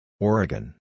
Oregon